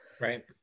right